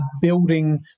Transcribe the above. building